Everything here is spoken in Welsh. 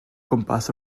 gwmpas